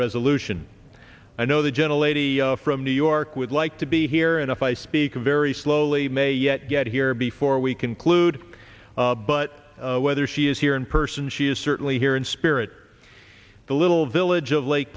resolution i know the gentle lady from new york would like to be here and if i speak very slowly may yet get here before we conclude but whether she is here in person she is certainly here in spirit the little village of lake